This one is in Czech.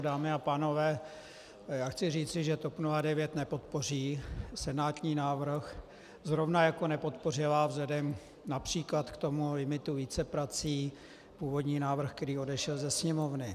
Dámy a pánové, chci říci, že TOP 09 nepodpoří senátní návrh, zrovna jako nepodpořila vzhledem například k tomu limitu víceprací původní návrh, který odešel ze Sněmovny.